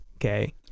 okay